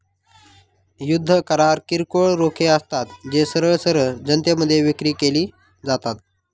युद्ध करार किरकोळ रोखे असतात, जे सरळ सरळ जनतेमध्ये विक्री केले जातात